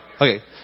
Okay